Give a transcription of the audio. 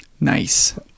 Nice